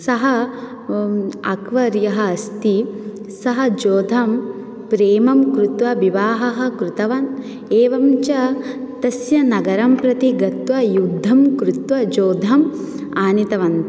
सः अकबर् यः अस्ति सः जोधां प्रेमं कृत्वा विवाहः कृतवान् एवञ्च तस्य नगरं प्रति गत्वा युद्धं कृत्वा जोधाम् आनीतवान्